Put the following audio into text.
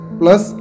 plus